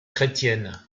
chrétienne